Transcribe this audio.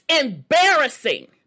embarrassing